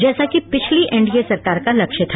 जैसा कि पिछली एन डी ए सरकार का लक्ष्य था